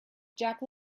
jack